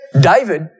David